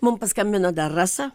mum paskambino dar rasa